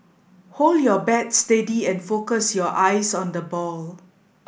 hold your bat steady and focus your eyes on the ball